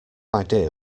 idea